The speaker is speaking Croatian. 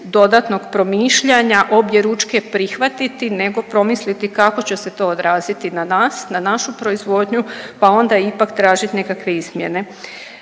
dodatnog promišljanja objeručke prihvatiti nego promisliti kako će se to odraziti na nas, na našu proizvodnju pa onda ipak tražiti nekakve izmjene.